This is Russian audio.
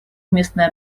местной